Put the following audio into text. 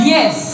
Yes